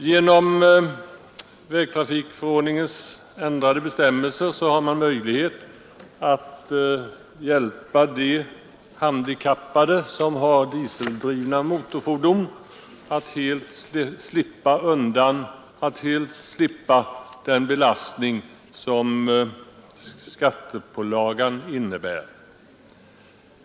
Genom vägtrafikförordningens ändrade bestämmelser öppnas en möjlighet att hjälpa de handikappade som har dieseldrivna motorfordon att helt slippa den belastning som skattepålagan innebär.